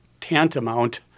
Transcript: tantamount